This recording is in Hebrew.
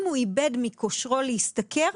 אם הוא איבד מכושרו להשתכר,